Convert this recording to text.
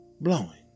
blowing